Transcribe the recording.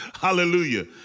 Hallelujah